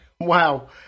Wow